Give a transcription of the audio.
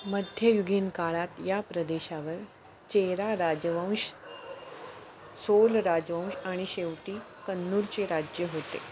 मध्ययुगीन काळात या प्रदेशावर चेरा राजवंश चोल राजवंश आणि शेवटी कन्नूरचे राज्य होते